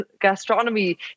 gastronomy